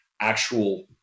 actual